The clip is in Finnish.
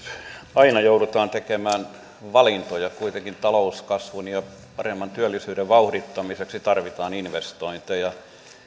aina joudutaan tekemään valintoja kuitenkin talouskasvun ja paremman työllisyyden vauhdittamiseksi tarvitaan investointeja